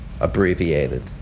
abbreviated